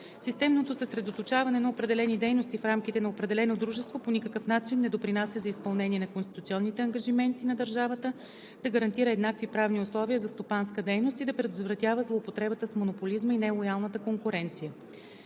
Системното съсредоточаване на определени дейности в рамките на определено дружество по никакъв начин не допринася за изпълнение на конституционните ангажименти на държавата да гарантира еднакви правни условия за стопанска дейност и да предотвратява злоупотребата с монополизма и нелоялната конкуренция.